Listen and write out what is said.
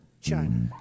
China